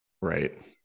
right